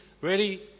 ready